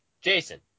Jason